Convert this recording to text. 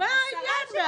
מה העניין?